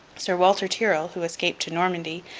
sir walter tyrrel, who escaped to normandy,